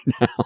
now